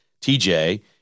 TJ